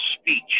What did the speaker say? speech